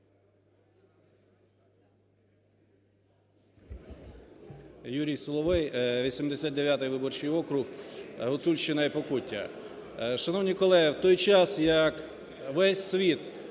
Юрій Соловей, 89 виборчий округ, Гуцульщина і Покуття. Шановні колеги, в той час як весь світ